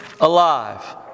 alive